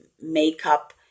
makeup